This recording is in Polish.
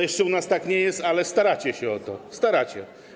Jeszcze u nas tak nie jest, ale staracie się o to, staracie.